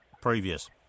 previous